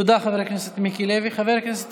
תודה, חבר הכנסת מיקי לוי.